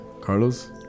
Carlos